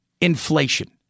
Inflation